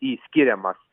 į skiriamas